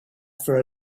for